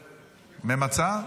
ממצה?